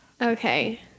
okay